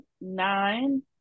nine